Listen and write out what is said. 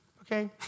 okay